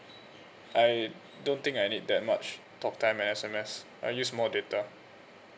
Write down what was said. I don't think I need that much talk time and S_M_S I use more data